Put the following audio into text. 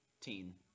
Teen